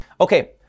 Okay